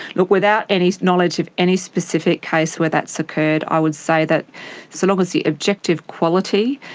look, without any knowledge of any specific case where that's occurred i would say that so long as the objective quality,